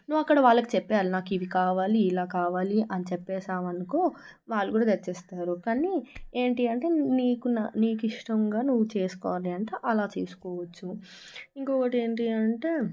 నువ్వు అక్కడ వాళ్లకు చెప్పేయాలి నాకు ఇవి కావాలి నాకు ఇలా కావాలి అని చెప్పేసాము అనుకో వాళ్ళు కూడా తెచ్చిస్తారు కానీ ఏంటి అంటే నీకు నీకు ఇష్టంగా నీవు చేసుకోవాలంటే అలా చేసుకోవచ్చు ఇంకొకటి ఏంటి అంటే